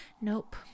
nope